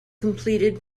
completed